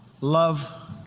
love